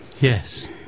Yes